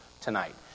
tonight